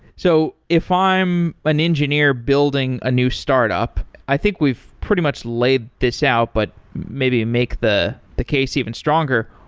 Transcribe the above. so if i'm an engineer building a new startup, i think we've pretty much laid this out, but maybe make the the case even stronger,